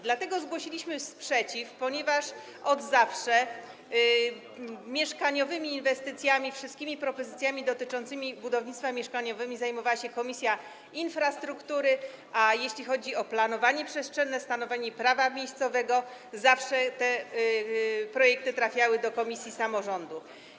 Dlatego zgłosiliśmy sprzeciw, ponieważ od zawsze inwestycjami mieszkaniowymi, wszystkimi propozycjami dotyczącymi budownictwa mieszkaniowego zajmowała się Komisja Infrastruktury, a jeśli chodzi o planowanie przestrzenne, stanowienie prawa miejscowego, projekty zawsze trafiały do komisji samorządu.